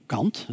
Kant